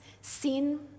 sin